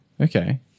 Okay